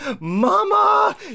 mama